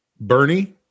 Bernie